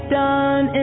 done